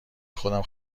خودم